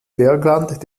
bergland